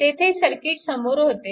तेथे सर्किट समोर होते